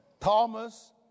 Thomas